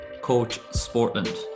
coachsportland